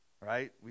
right